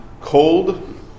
cold